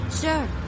sure